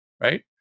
right